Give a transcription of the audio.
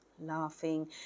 Laughing